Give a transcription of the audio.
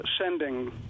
sending